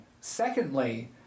Secondly